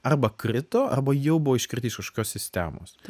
arba krito arba jau buvo iškritę iš kažkokios sistemos